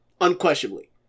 Unquestionably